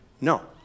No